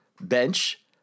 bench